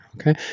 okay